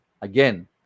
again